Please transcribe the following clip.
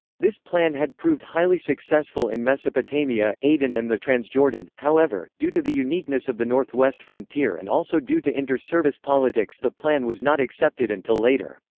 this plan had proved highly successful in mesopotamia, aden and the transjordan, however, due to the uniqueness of the north-west frontier and also due to inter-service politics the plan was not accepted until later.